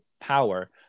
power